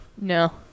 No